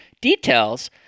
details